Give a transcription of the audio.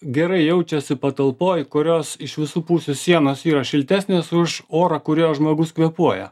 gerai jaučiasi patalpoj kurios iš visų pusių sienos yra šiltesnės už orą kuriuo žmogus kvėpuoja